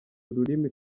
ururimi